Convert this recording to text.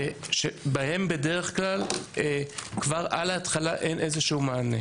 שבהן בדרך כלל כבר על התחלה אין איזשהו מענה.